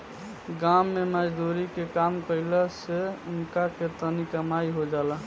गाँव मे मजदुरी के काम कईला से उनका के तनी कमाई हो जाला